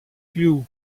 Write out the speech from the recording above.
glue